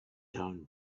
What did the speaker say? down